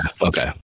okay